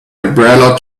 umbrella